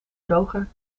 droger